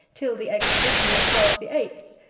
till the expedition of charles the eighth,